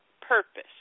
purpose